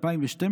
לצטט.